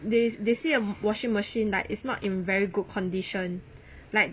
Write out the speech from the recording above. they they see the washing machine like is not in very good condition like